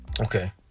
okay